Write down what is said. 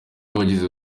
abagize